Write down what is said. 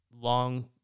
Long